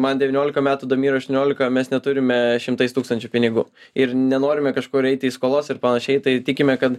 man devyniolika metų damirui aštuoniolika mes neturime šimtais tūkstančių pinigų ir nenorime kažkur eiti į skolas ir panašiai tai tikime kad